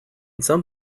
some